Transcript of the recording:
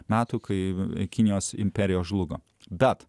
metų kai kinijos imperijos žlugo bet